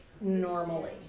normally